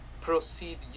proceed